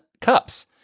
CUPS